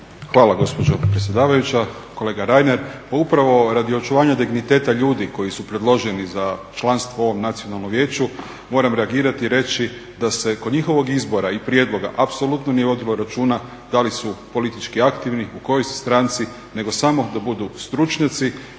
Hvala gospođo predsjedavajuća. Kolega Reiner, pa upravo radi očuvanja digniteta ljudi koji su predloženi za članstvo u ovom Nacionalnom vijeću moram reagirati i reći da se kod njihovog izbora i prijedloga apsolutno nije vodilo računa da li su politički aktivni, u kojoj su stranci nego samo da budu stručnjaci